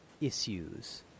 issues